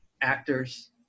actors